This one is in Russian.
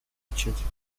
отвечать